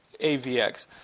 AVX